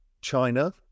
China